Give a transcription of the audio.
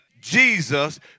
Jesus